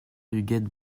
huguette